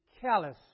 callous